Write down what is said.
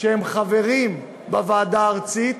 חברים בוועדה הארצית,